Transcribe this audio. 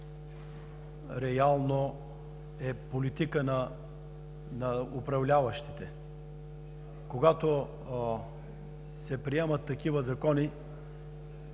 реално е политика на управляващите. Когато се приемат такива закони,